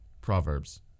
Proverbs